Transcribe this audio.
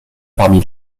parmi